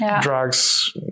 drugs